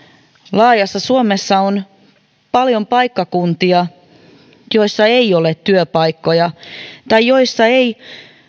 laajassa suomessa on paljon paikkakuntia joilla ei ole työpaikkoja tai joilla ei